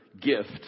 gift